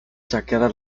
saqueadas